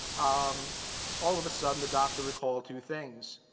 um all of a sudden, the doctor recalled two things.